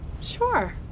Sure